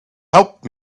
helped